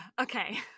Okay